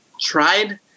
tried